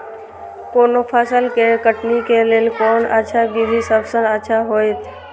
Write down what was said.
कोनो फसल के कटनी के लेल कोन अच्छा विधि सबसँ अच्छा होयत?